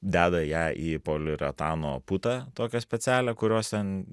deda ją į poliuretano putą tokią specialią kurios ten